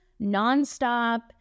nonstop